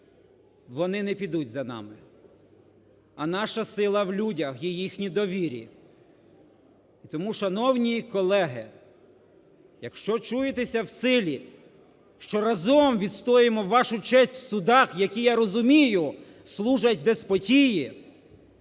вони не підуть за нами. А наша сила в людях і їхній довірі. І тому, шановні колеги, якщо чуєтеся в силі, що разом відстоємо вашу честь в судах, які, я розумію, служать деспотії,